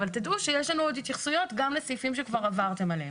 אבל תדעו שיש לנו עוד התייחסויות גם לסעיפים שכבר עברתם עליהם.